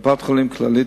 קופות-החולים "כללית",